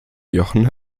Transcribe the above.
jochen